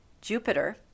Jupiter